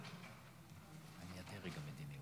אני הדרג המדיני.